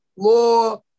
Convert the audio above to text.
law